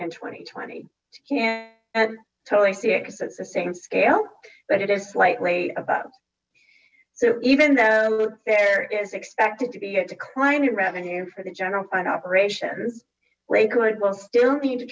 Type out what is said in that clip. and twenty twenty can totally see it as it's the same scale but it is slightly above so even though there is expected to be a decline in revenue for the general fund operations lakewood will still need to